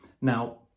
Now